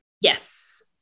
yes